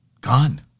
gone